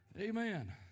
amen